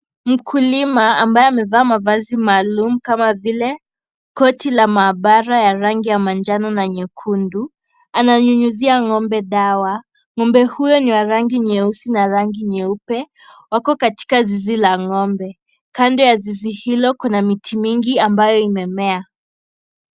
Mkulima ambaye amevaa mavazi maalum kama vile, koti la maabara ya rangi ya manjano na nyekundu, ananyunyizia ngombe dawa. Ngombe huyu ni wa rangi nyeusi na rangi nyeupe, wako katika zizi la ngombe, kando ya zizi hilo kuna miti mingi ambayo imemea.